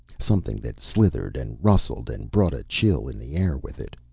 something that slithered and rustled and brought a chill in the air with it.